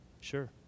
Sure